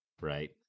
right